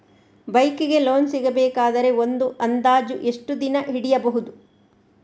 Bike ಗೆ loan ಸಿಗಬೇಕಾದರೆ ಒಂದು ಅಂದಾಜು ಎಷ್ಟು ದಿನ ಹಿಡಿಯಬಹುದು?